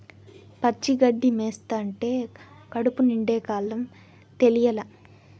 పచ్చి గడ్డి మేస్తంటే కడుపు నిండే కాలం తెలియలా